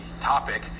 topic